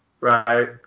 right